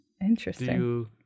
Interesting